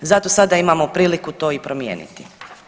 Zato sada imamo priliku to i promijeniti.